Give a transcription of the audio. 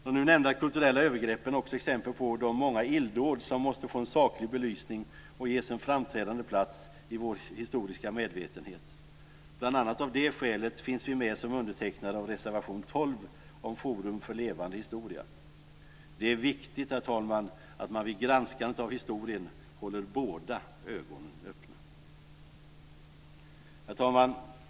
De nu nämnda kulturella övergreppen är också exempel på de många illdåd som måste få en saklig belysning och ges en framträdande plats i vår historiska medvetenhet. Bl.a. av det skälet finns vi med som undertecknare av reservation 12 om Forum för levande historia. Det är viktigt, herr talman, att man vid granskandet av historien håller båda ögonen helt öppna. Herr talman!